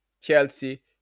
Chelsea